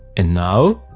and now,